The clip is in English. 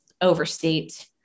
overstate